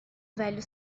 velho